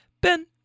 Ben